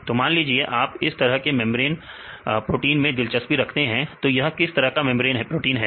तो मान लीजिए आप इस तरह के मेंबर इन प्रोटीन में दिलचस्पी रखते हैं तो यह किस तरह का मेंब्रेन प्रोटीन है